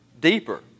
deeper